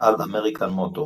על אמריקן מוטורס.